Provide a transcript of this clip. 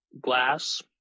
glass